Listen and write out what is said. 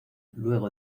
luego